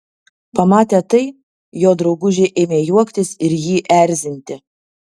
pamatę tai jo draugužiai ėmė juoktis ir jį erzinti